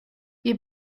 wir